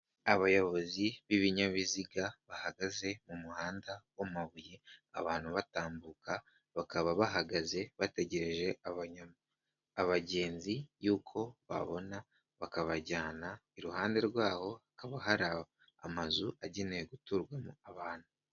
Abayobozi b'ibinyabiziga bahagaze mu muhanda w'amabuye abantu batambuka, bakaba bahagaze bategereje abagenzi yuko babona bakabajyana, iruhande rwaho hakaba hari amazu agenewe guturwamo abantu.